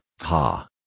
ha